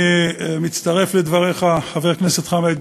אני מצטרף לדבריך, חבר הכנסת חמד,